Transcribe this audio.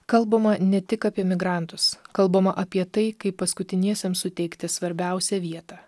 kalbama ne tik apie migrantus kalbama apie tai kaip paskutiniesiems suteikti svarbiausią vietą